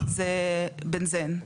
זה בנזן,